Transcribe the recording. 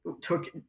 took